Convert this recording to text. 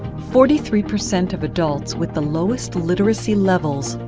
forty three percent of adults with the lowest literacy levels,